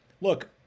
Look